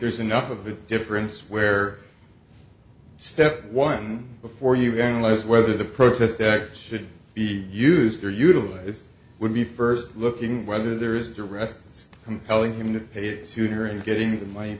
there's enough of a difference where step one before you realize whether the protest that should be used or utilized would be first looking whether there is a rest it's compelling him to pay it sooner and getting my